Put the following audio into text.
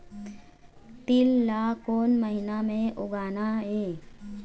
तील ला कोन महीना म उगाना ये?